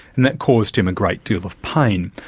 and that caused him a great deal of pain.